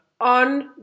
on